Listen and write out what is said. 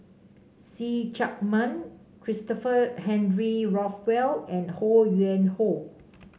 See Chak Mun Christopher Henry Rothwell and Ho Yuen Hoe